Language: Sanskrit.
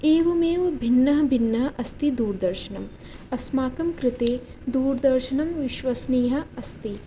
एवमेव भिन्नः भिन्नः अस्ति दूरदर्शनं अस्माकं कृते दूरदर्शनं विश्वसनीयः अस्ति